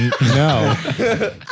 No